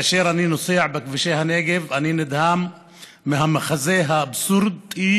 אני רוצה להמשיך ולנצל כמה דקות שיש לי,